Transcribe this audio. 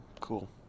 Cool